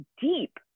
deep